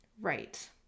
Right